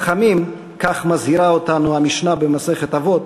חכמים, כך מזהירה אותנו המשנה במסכת אבות,